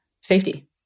safety